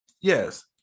Yes